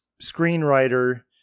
screenwriter